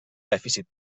dèficit